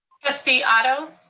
trustee otto.